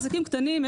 עסקים קטנים,